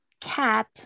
cat